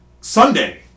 Sunday